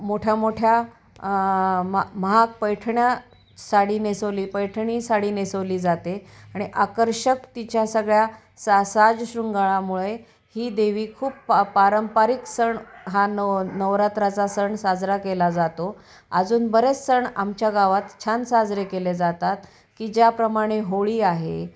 मोठ्यामोठ्या म महाग पैठण्या साडी नेसवली पैठणी साडी नेसवली जाते आणि आकर्षक तिच्या सगळ्या सा साज शृंगारामुळे ही देवी खूप प पारंपरिक सण हा न नवरात्राचा सण साजरा केला जातो आजून बरेच सण आमच्या गावात छान साजरे केले जातात की ज्याप्रमाणे होळी आहे